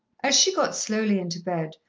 as she got slowly into bed,